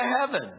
heaven